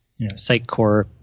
Sitecore